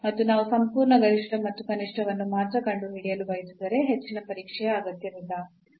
ಮತ್ತು ನಾವು ಸಂಪೂರ್ಣ ಗರಿಷ್ಠ ಮತ್ತು ಕನಿಷ್ಠವನ್ನು ಮಾತ್ರ ಕಂಡುಹಿಡಿಯಲು ಬಯಸಿದರೆ ಹೆಚ್ಚಿನ ಪರೀಕ್ಷೆಯ ಅಗತ್ಯವಿಲ್ಲ